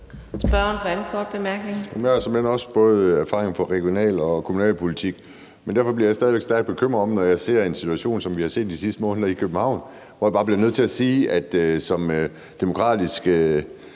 Spørgeren for sin anden korte bemærkning.